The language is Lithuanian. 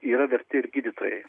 yra verti ir gydytojai